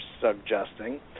suggesting